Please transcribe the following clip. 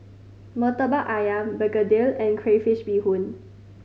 Murtabak Ayam begedil and crayfish beehoon